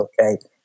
okay